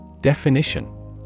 Definition